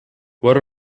what